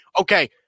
Okay